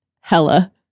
Hella